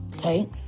Okay